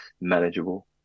manageable